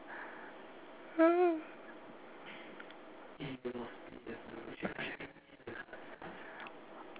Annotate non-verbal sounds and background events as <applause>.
<noise>